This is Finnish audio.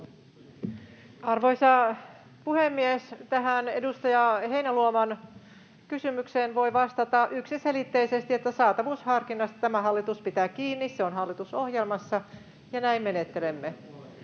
Arvoisa puhemies! Tähän edustaja Heinäluoman kysymykseen voi vastata yksiselitteisesti, että saatavuusharkinnasta tämä hallitus pitää kiinni. Se on hallitusohjelmassa ja näin menettelemme.